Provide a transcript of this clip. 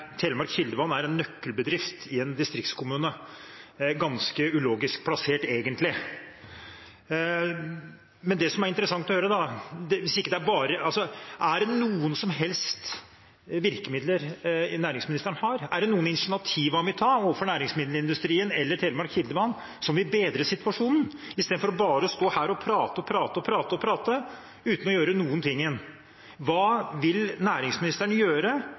Telemark Kildevann er en nøkkelbedrift i en distriktskommune, ganske ulogisk plassert, egentlig. Men det som er interessant å høre, er: Har næringsministeren noen som helst virkemidler? Er det noen initiativ han vil ta overfor næringsmiddelindustrien eller Telemark Kildevann som vil bedre situasjonen, i stedet for bare å stå her og prate og prate uten å gjøre noen ting? Hva vil næringsministeren gjøre